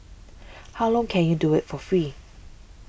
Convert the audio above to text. how long can you do it for free